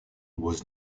was